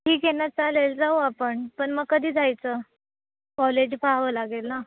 ठीक आहे ना चालेल जाऊ आपण पण मग कधी जायचं कॉलेज पहावं लागेल ना